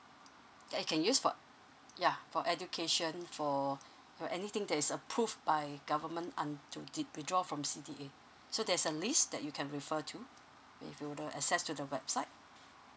then you can use for ya for education for or anything that is approved by government um to wi~ withdraw from C_D_A so there's a list that you can refer to if you to access to the website